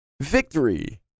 victory